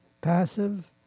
passive